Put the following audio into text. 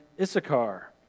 Issachar